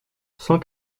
cent